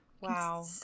Wow